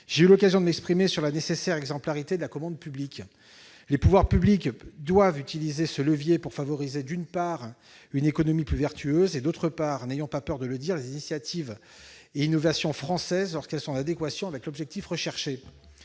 J'ai eu l'occasion de m'exprimer sur la nécessaire exemplarité de la commande publique. Les pouvoirs publics doivent utiliser ce levier pour favoriser, d'une part, une économie plus vertueuse et, d'autre part, n'ayons pas peur de le dire, les initiatives et les innovations françaises lorsqu'elles sont en adéquation avec l'objectif recherché.